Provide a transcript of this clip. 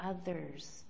others